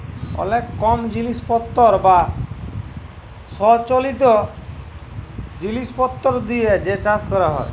অলেক কম জিলিসপত্তর বা সলচিত জিলিসপত্তর দিয়ে যে চাষ ক্যরা হ্যয়